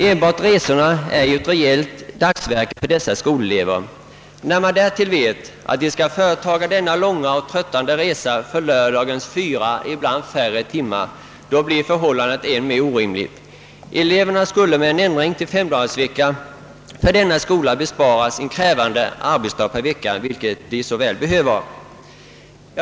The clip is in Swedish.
Enbart resorna är ju ett rejält dagsverke för dessa skolelever. När man därtill vet att de skall företaga denna långa och tröttande resa för lördagens fyra — ibland färre — lektioner, så blir förhållandet än mer orimligt. Eleverna skulle med en ändring till 5-dagarsvecka besparas en krävande arbetsdag i veckan, vilket de så väl behöver.